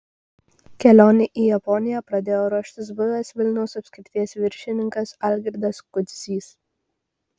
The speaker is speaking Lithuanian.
kelionei į japoniją pradėjo ruoštis buvęs vilniaus apskrities viršininkas algirdas kudzys